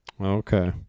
okay